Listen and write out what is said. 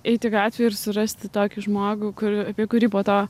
eiti gatve ir surasti tokį žmogų kur apie kurį po to